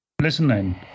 listening